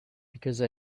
because